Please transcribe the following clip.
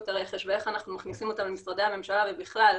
הרכש ואיך אנחנו מכניסים אותה למשרדי הממשלה ובכלל,